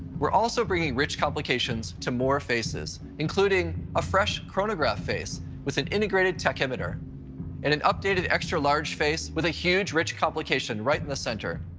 we're also bringing rich complications to more faces, including a fresh chronograph face with an integrated tachymeter and an updated extra large face with a huge, rich complication right in the center.